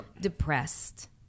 Depressed